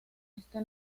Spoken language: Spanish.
este